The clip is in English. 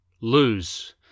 lose